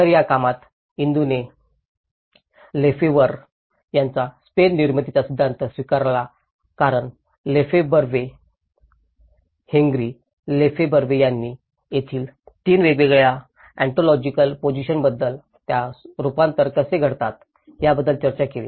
तर या कामात इंदूंनी लेफेबव्ह्रे यांचा स्पेस निर्मितीचा सिद्धांत स्वीकारला कारण लेफबव्ह्रे हेन्री लेफेबव्ह्रे यांनी तेथील 3 वेगवेगळ्या ऑन्टोलॉजिकल पोजीशनबद्दल त्या रूपांतर कसे घडतात याबद्दल चर्चा केली